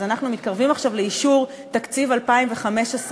אז אנחנו מתקרבים עכשיו לאישור תקציב 2015,